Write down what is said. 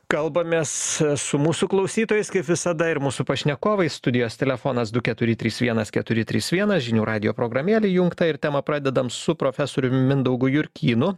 kalbamės su mūsų klausytojais kaip visada ir mūsų pašnekovais studijos telefonas du keturi trys vienas keturi trys vienas žinių radijo programėlė įjungta ir temą pradedam su profesorium mindaugu jurkynu